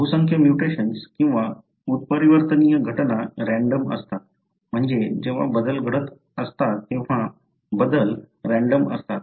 बहुसंख्य म्युटेशन्स किंवा उत्परिवर्तनीय घटना रँडम असतात म्हणजे जेव्हा बदल घडतात तेव्हा बदल रँडम असतात